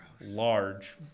large